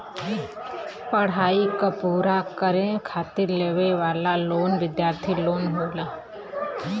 पढ़ाई क पूरा करे खातिर लेवे वाला लोन विद्यार्थी लोन होला